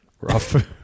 rough